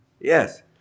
Yes